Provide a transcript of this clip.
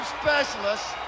specialists